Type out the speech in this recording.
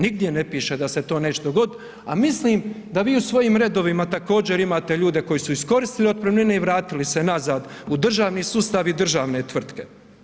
Nigdje ne piše da se to neće dogoditi a mislim da vi u svojim redovima također imate ljude koji su iskoristili otpremnine i vratili se nazad u državni sustav i državne tvrtke.